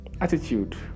Attitude